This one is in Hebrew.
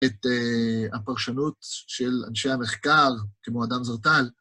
את הפרשנות של אנשי המחקר כמו אדם זרטל.